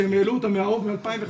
שהם העלו אותם מהאוב מ-2005,